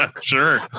Sure